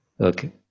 Okay